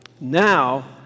Now